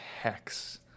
Hex